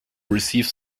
receive